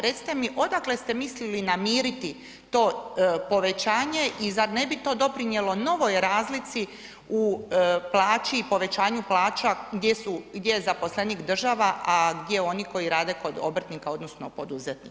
Recite mi odakle ste mislili namiriti to povećanje i zar ne bi to doprinijelo novoj razlici u plaći i povećanju plaća gdje je zaposlenik država a gdje oni koji rade kod obrtnika, odnosno poduzetnika?